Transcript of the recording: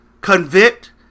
convict